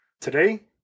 Today